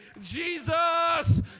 Jesus